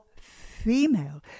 female